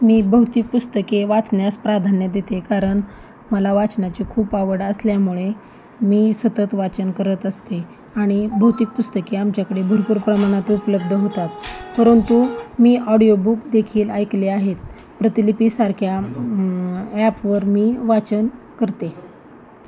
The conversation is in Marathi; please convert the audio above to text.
मी भौतिक पुस्तके वाचण्यास प्राधान्य देते कारण मला वाचनाची खूप आवड असल्यामुळे मी सतत वाचन करत असते आणि भौतिक पुस्तके आमच्याकडे भरपूर प्रमाणात उपलब्ध होतात परंतु मी ऑडिओ बुकदेखील ऐकले आहेत प्रतिलिपीसारख्या ॲपवर मी वाचन करते